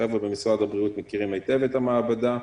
חבר'ה במשרד הבריאות מכירים היטב את המעבדה.